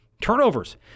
Turnovers